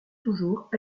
toujours